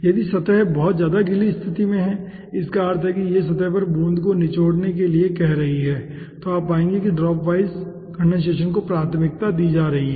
यदि सतह बहुत ज्यादा गीली स्थिति में है जिसका अर्थ है कि यह सतह पर बूंद को निचोड़ने के लिए कह रही है तो आप पाएंगे कि ड्रॉप वाइज कंडेनसेशन को प्राथमिकता दी जा रही है